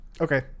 Okay